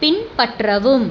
பின்பற்றவும்